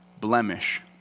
blemish